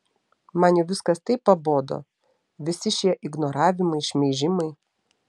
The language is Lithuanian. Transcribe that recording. man jau viskas taip pabodo visi šie ignoravimai šmeižimai